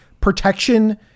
protection